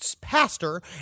pastor